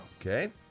Okay